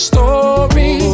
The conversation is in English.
Story